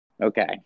Okay